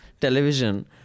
television